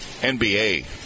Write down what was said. NBA